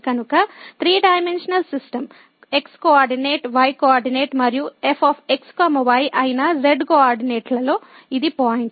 కనుక 3 dimensional system x coordinate y coordinate మరియు f x y అయిన z కోఆర్డినేట్లలో ఇది పాయింట్